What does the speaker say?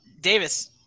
Davis